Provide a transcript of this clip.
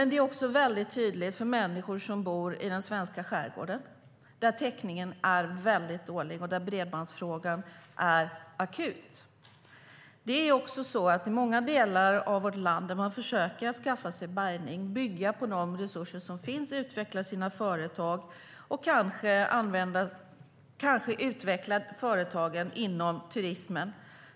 Det är också väldigt tydligt för människor som bor i den svenska skärgården där täckningen är väldigt dålig och där bredbandsfrågan är akut. I många delar av vårt land försöker man skaffa sig bärgning, bygga på de resurser som finns, utveckla sina företag och kanske utveckla företagen inom turismen.